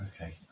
Okay